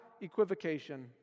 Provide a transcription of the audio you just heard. equivocation